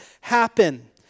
happen